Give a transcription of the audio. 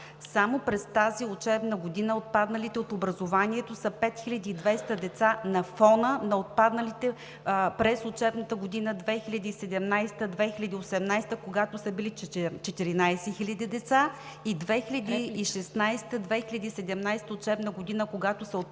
Само през тази учебна година отпадналите от образование са 5200 деца на фона на отпадналите през учебната 2017 – 2018 година, когато са били 14 хиляди деца и 2016 – 2017 учебна година, когато са отпаднали